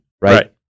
Right